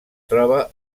troba